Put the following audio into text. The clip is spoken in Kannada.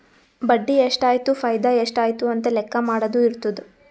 ಬಡ್ಡಿ ಎಷ್ಟ್ ಆಯ್ತು ಫೈದಾ ಎಷ್ಟ್ ಆಯ್ತು ಅಂತ ಲೆಕ್ಕಾ ಮಾಡದು ಇರ್ತುದ್